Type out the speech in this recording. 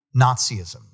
Nazism